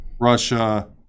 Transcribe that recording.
Russia